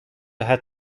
had